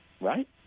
right